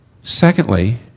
Secondly